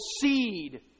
seed